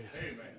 Amen